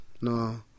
No